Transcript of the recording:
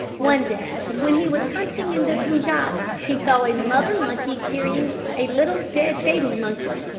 one day when he was hunting in the punjab, he saw a mother monkey carrying a little dead baby monkey.